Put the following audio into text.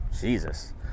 Jesus